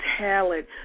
Talent